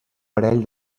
parell